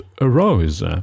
arose